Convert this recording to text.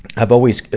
i've always,